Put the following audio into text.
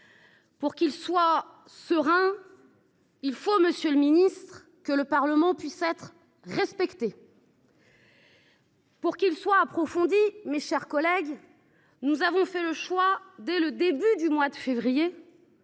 Pour qu’il soit serein, il faut, monsieur le ministre, que le Parlement soit respecté. Pour qu’il soit approfondi, mes chers collègues, nous avons fait le choix d’annoncer, dès le début du mois de février